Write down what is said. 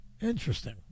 Interesting